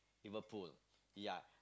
Liverpool ya